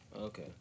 Okay